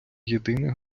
єдине